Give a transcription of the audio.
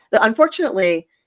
unfortunately